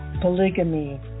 polygamy